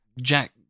Jack